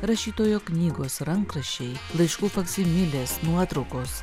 rašytojo knygos rankraščiai laiškų faksimilės nuotraukos